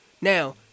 now